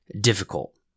difficult